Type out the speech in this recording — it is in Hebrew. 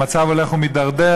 המצב הולך ומתדרדר,